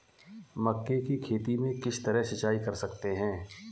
मक्के की खेती में किस तरह सिंचाई कर सकते हैं?